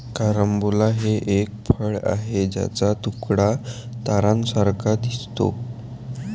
carambola हे एक फळ आहे ज्याचा तुकडा ताऱ्यांसारखा दिसतो